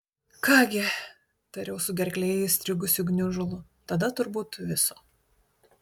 ką gi tariau su gerklėje įstrigusiu gniužulu tada turbūt viso